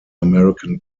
american